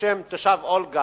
בשם תושב אולגה,